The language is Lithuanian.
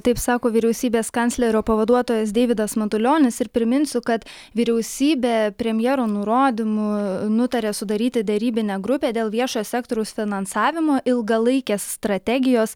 taip sako vyriausybės kanclerio pavaduotojas deividas matulionis ir priminsiu kad vyriausybė premjero nurodymu nutarė sudaryti derybinę grupę dėl viešojo sektoriaus finansavimo ilgalaikės strategijos